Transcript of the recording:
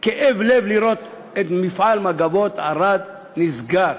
כאב לב לראות את מפעל "מגבות ערד" נסגר.